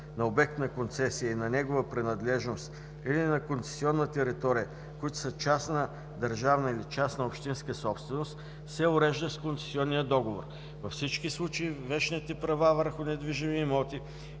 на обект на концесия и на негова принадлежност или на концесионна територия, които са частна държавна или частна общинска собственост, се урежда с концесионния договор. Във всички случаи вещните права върху недвижими имоти,